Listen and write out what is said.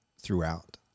throughout